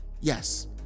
Yes